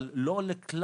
אבל לא לכלל.